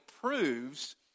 proves